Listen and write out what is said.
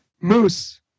Moose